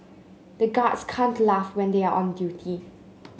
the guards can't laugh when they are on duty